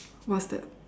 what's that